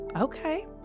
okay